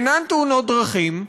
אינן תאונות דרכים,